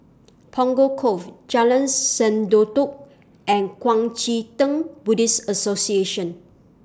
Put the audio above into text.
Punggol Cove Jalan Sendudok and Kuang Chee Tng Buddhist Association